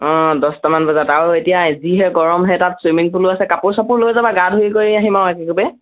অঁ দহটামান বজাত আৰু এতিয়া যিহে গৰম সেই তাত ছুইমিং পুলো আছে কাপোৰ চাপোৰ লৈ যাবা গা ধুই কৰি আহিম আৰু একেকোবে